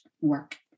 work